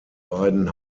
beiden